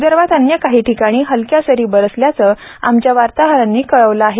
विदर्भात अन्य काही ठिकाणी हलक्या सरी बरसल्याचं आमच्या वार्ताहरांनी कळवलं आहे